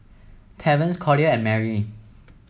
Terrance Collier and Merrie